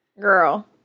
Girl